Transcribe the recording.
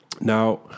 now